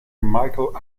michael